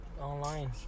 Online